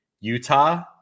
Utah